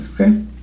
Okay